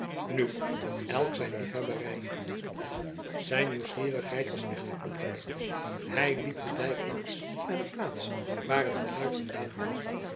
nu elk zijn liefhebberij zijn nieuwsgierigheid was echter opgewekt hij liep den dijk langs naar de plaats waar het geluid vandaan kwam